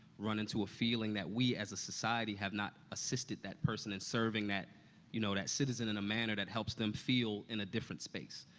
run into a feeling that we as a society have not assisted that person in serving that you know, that citizen in a manner that helps them feel in a different space,